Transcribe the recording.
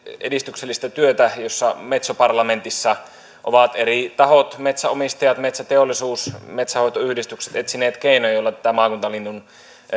edistyksellistä työtä jossa metsoparlamentissa ovat eri tahot metsänomistajat metsäteollisuus metsänhoitoyhdistykset etsineet keinoja joilla tätä maakuntalinnun